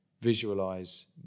visualize